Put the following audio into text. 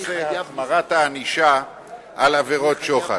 בנושא החמרת הענישה על עבירות שוחד.